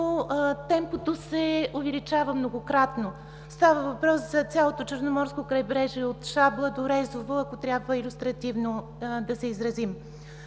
темпото се увеличава многократно. Става въпрос за цялото Черноморско крайбрежие – от Шабла до Резово, ако трябва илюстративно да се изразим.